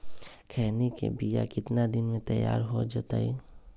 खैनी के बिया कितना दिन मे तैयार हो जताइए?